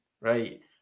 right